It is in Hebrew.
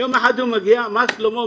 יום אחד הוא מגיע, מה שלומו?